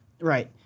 Right